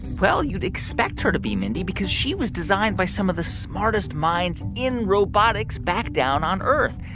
well, you'd expect her to be, mindy, because she was designed by some of the smartest minds in robotics back down on earth.